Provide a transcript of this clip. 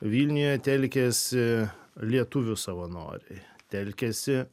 vilniuje telkėsi lietuvių savanoriai telkėsi